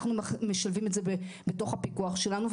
אנחנו משלבים את זה בתוך הפיקוח שלנו,